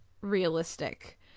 realistic